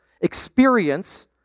experience